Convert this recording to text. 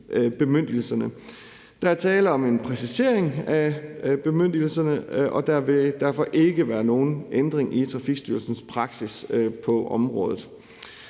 bemyndigelserne. Der er tale om en præcisering af bemyndigelserne, og der vil derfor ikke være nogen ændring i Trafikstyrelsens praksis på området.